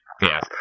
Yes